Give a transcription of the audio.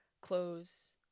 clothes